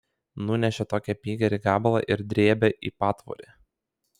nunešė tokį apygerį gabalą ir drėbė į patvorį